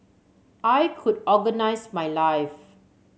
I could organise my life